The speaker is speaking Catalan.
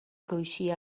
cruixia